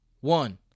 one